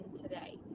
today